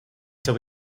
till